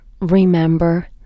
remember